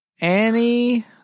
Annie